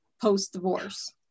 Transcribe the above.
post-divorce